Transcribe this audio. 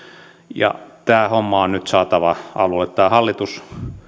tämä homma on nyt saatava alulle tämä hallitus